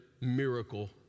miracle